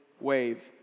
wave